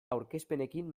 aurkezpenekin